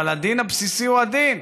אבל הדין הבסיסי הוא הדין.